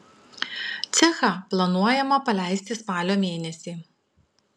cechą planuojama paleisti spalio mėnesį